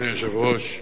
אדוני היושב-ראש,